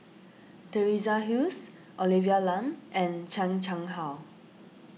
Teresa Hsu Olivia Lum and Chan Chang How